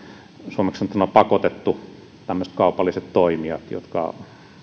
suomeksi sanottuna pakotettu tämmöiset kaupalliset toimijat jotka